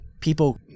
people